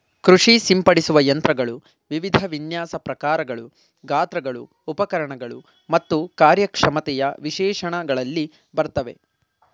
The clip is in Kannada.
ಕೃಷಿ ಸಿಂಪಡಿಸುವ ಯಂತ್ರಗಳು ವಿವಿಧ ವಿನ್ಯಾಸ ಪ್ರಕಾರಗಳು ಗಾತ್ರಗಳು ಉಪಕರಣಗಳು ಮತ್ತು ಕಾರ್ಯಕ್ಷಮತೆಯ ವಿಶೇಷಣಗಳಲ್ಲಿ ಬರ್ತವೆ